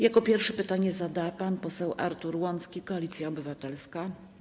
Jako pierwszy pytanie zada pan poseł Artur Łącki, Koalicja Obywatelska.